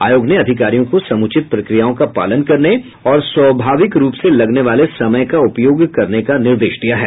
आयोग ने अधिकारियों को समुचित प्रक्रियाओं का पालन करने और स्वाभाविक रूप से लगने वाले समय का उपयोग करने का निर्देश दिया है